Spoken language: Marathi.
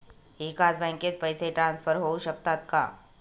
एकाच बँकेत पैसे ट्रान्सफर होऊ शकतात का?